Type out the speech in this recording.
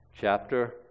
chapter